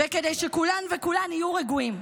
וכדי שכולם וכולן יהיו רגועים,